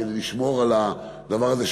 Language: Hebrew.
כדי לשמור על הדבר הזה,